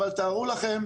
אבל תארו לכם,